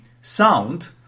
sound